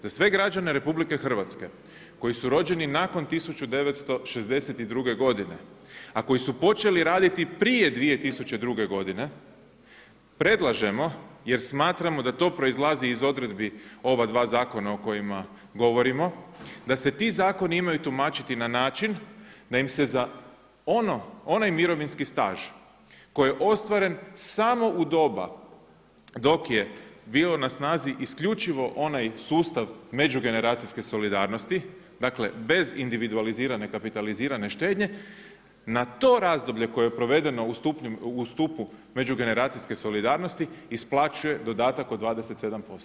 Za sve građane RH koji su rođeni nakon 1962. godine, a koji su počeli raditi prije 2002. godine predlažemo jer smatramo da to proizlazi iz odredbi ova dva zakona o kojima govorimo, da se ti zakoni imaju tumačiti na način da im se za onaj mirovinski staž koji je ostvaren samo u doba dok je bio na snazi isključivo onaj sustav međugeneracijske solidarnosti, dakle bez individualizirane kapitalizirane štednje, na to razdoblje koje je provedeno u stupu međugeneracijske solidarnosti isplaćuje dodatak od 27%